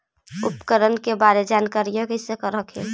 उपकरण के बारे जानकारीया कैसे कर हखिन?